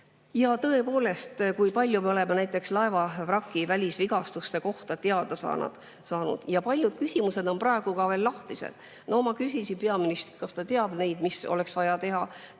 Tõepoolest, kui palju me oleme näiteks laevavraki välisvigastuste kohta teada saanud. Aga palju küsimusi on praegu ka veel lahtised. No ma küsisin peaministrilt, kas ta teab seda, mis oleks vaja teha.